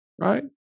Right